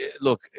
Look